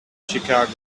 chicago